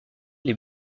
les